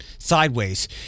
sideways